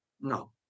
No